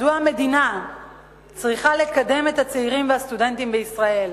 מדוע המדינה צריכה לקדם את הצעירים והסטודנטים בישראל?